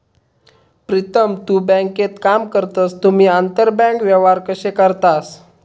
प्रीतम तु बँकेत काम करतस तुम्ही आंतरबँक व्यवहार कशे करतास?